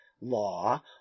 law